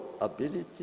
ability